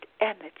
energy